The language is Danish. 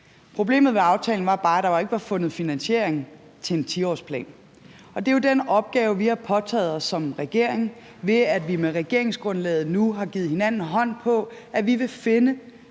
Problemet med aftalen var bare, at der ikke var fundet finansiering til en 10-årsplan, og det er jo den opgave, vi har påtaget os som regering, ved at vi med regeringsgrundlaget nu har givet hinanden hånd på, at vi vil finde